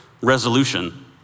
resolution